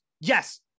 yes